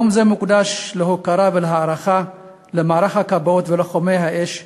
יום זה מוקדש להוקרה ולהערכה למערך הכבאות ולוחמי האש,